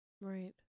Right